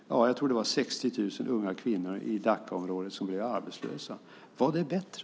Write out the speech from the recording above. Jag tror att det var 60 000 unga kvinnor i Dhakaområdet som blev arbetslösa. Var det bättre?